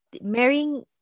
Marrying